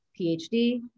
phd